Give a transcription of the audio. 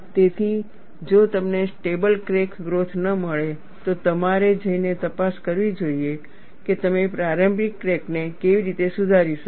તેથી જો તમને સ્ટેબલ ક્રેક ગ્રોથ ન મળે તો તમારે જઈને તપાસ કરવી જોઈએ કે તમે પ્રારંભિક ક્રેકને કેવી રીતે સુધારી શકો